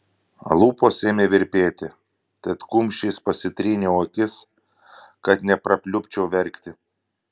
lūpos ėmė virpėti tad kumščiais pasitryniau akis kad neprapliupčiau verkti